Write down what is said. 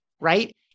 right